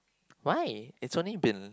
why it's only been